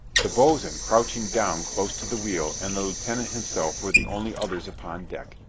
the boatswain, crouching down close to the wheel, and the lieutenant himself were the only others upon deck.